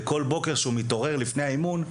וכל בוקר כשהוא מתעורר לפני האימון,